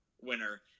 winner